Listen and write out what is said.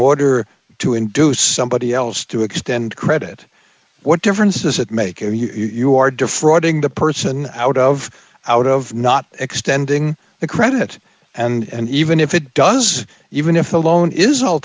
order to induce somebody else to extend credit what difference does it make you are defrauding the person out of out of not extending the credit and even if it does even if the loan is